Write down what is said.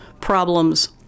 problems